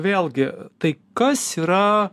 vėlgi tai kas yra